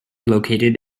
located